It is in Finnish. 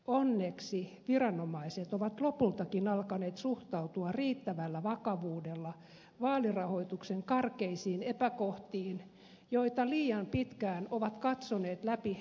onneksi viranomaiset ovat lopultakin alkaneet suhtautua riittävällä vakavuudella vaalirahoituksen karkeisiin epäkohtiin joita liian pitkään ovat katsoneet läpi sormiensa